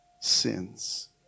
sins